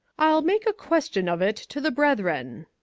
i'll make a question of it to the brethren.